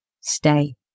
stay